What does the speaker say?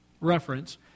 reference